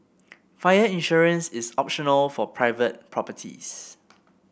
fire insurance is optional for private properties